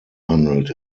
handelt